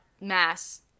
mass